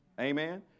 Amen